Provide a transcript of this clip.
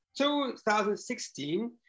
2016